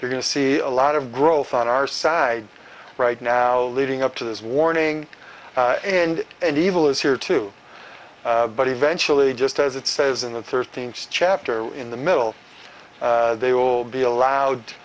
you're going to see a lot of growth on our side right now leading up to this warning and and evil is here too but eventually just as it says in the thirteenth chapter in the middle they will be allowed